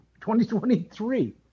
2023